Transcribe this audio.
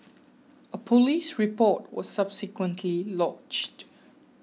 a police report was subsequently lodged